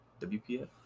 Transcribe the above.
WPF